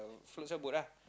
float some boat ah